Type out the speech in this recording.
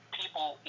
people